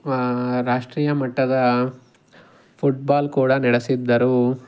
ರಾಷ್ಟ್ರೀಯ ಮಟ್ಟದ ಫುಟ್ಬಾಲ್ ಕೂಡ ನಡೆಸಿದ್ದರು